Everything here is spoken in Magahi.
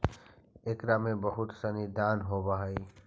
एकरा में बहुत सनी दान होवऽ हइ